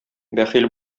бәхил